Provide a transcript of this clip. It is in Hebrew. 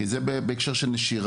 כי זה בהקשר של נשירה.